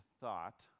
thought